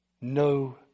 No